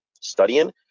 studying